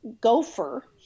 Gopher